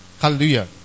Hallelujah